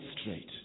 straight